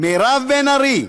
מירב בן ארי,